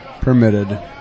permitted